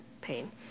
pain